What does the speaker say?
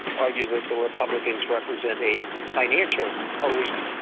argue that the republicans represent a financial elite.